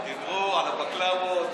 הם דיברו על הבקלאוות,